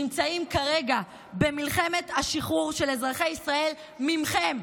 נמצאים כרגע במלחמת השחרור של אזרחי ישראל מכם,